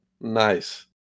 Nice